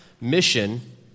Mission